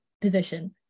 position